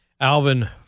Alvin